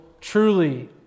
truly